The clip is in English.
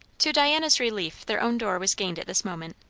to diana's relief, their own door was gained at this moment.